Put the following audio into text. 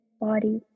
body